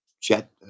chat